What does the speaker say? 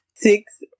six